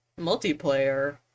multiplayer